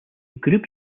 group